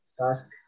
task